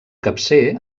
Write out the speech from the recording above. capcer